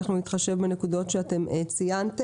ואנחנו נתחשב בנקודות שציינתם.